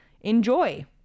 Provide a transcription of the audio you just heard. enjoy